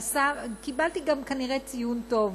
קיבלתי גם כנראה ציון טוב,